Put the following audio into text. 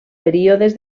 períodes